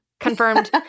confirmed